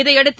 இதனையடுத்து